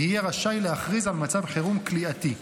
יהיה רשאי להכריז על מצב חירום כליאתי.